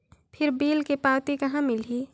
फिर बिल के पावती कहा मिलही?